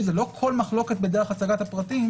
לא כל מחלוקת בדרך הצגת הפרטים,